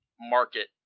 market